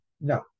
No